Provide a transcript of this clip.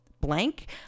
blank